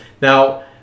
Now